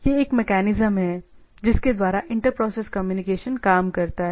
यह एक मेकैनिज्म हैजिसके द्वारा यह इंटर प्रोसेस कम्युनिकेशन काम करता है